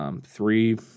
Three